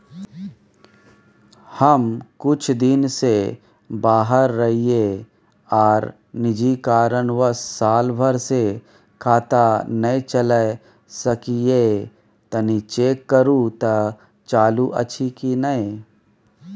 हम कुछ दिन से बाहर रहिये आर निजी कारणवश साल भर से खाता नय चले सकलियै तनि चेक करू त चालू अछि कि नय?